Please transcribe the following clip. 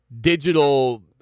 digital